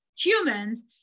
humans